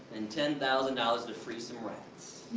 and ten thousand dollars to free some rats.